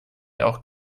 auch